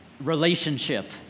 relationship